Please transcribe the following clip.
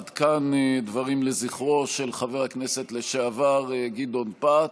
עד כאן דברים לזכרו של חבר הכנסת לשעבר גדעון פת.